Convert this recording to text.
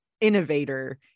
innovator